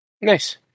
Nice